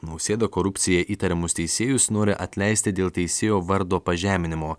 nausėda korupcija įtariamus teisėjus nori atleisti dėl teisėjo vardo pažeminimo